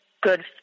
good